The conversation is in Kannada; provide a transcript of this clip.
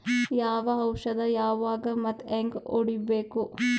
ಯಾವ ಔಷದ ಯಾವಾಗ ಮತ್ ಹ್ಯಾಂಗ್ ಹೊಡಿಬೇಕು?